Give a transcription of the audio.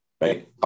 Right